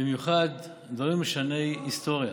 במיוחד דברים משני היסטוריה.